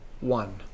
one